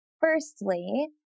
firstly